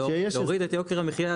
להוריד את יוקר המחיה,